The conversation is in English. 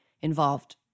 involved